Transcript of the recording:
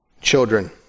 children